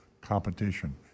Competition